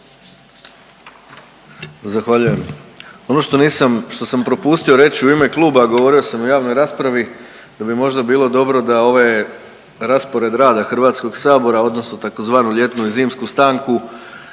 Zahvaljujem. Ono što nisam, što sam propustio reći u ime kluba, a govorio sam u javnoj raspravi, da bi možda bilo dobro da ove raspored rada HS-a odnosno tzv. ljetnu i zimsku stanku